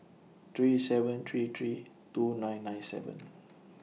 three seven three three two nine nine seven